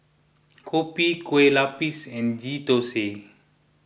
Kopi Kueh Lapis and Ghee Thosai